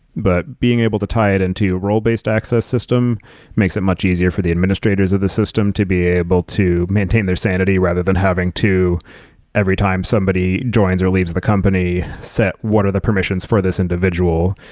but being able to tie it into a role-based access system makes it much easier for the administrators of the system to be able to maintain their sanity rather than having to every time somebody joins or leaves the company set what are the permissions for this individual.